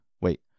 Wait